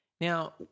Now